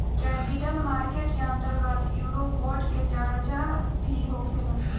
capital market के अंतर्गत eurobond के चार्चा भी होखेला